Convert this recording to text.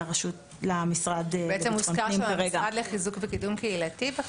במקום "המשרד לחיזוק ולקידום קהילתי" יבוא